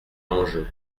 enjeu